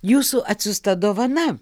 jūsų atsiųsta dovana